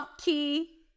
key